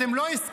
אתם לא הסכמתם,